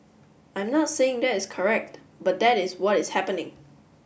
I'm not saying that is correct but that is what is happening